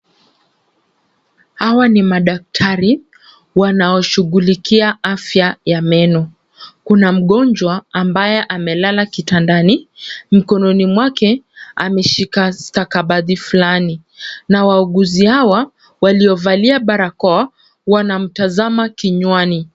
Hawa ni madaktari wanaoshughulikia afya ya meno. Kuna mgonjwa ambaye amelala kitandani. Mkononi mwake ameshika stakabadhi fulani na wauguzi hawa waliovalia barakoa wanamtazama kinywani.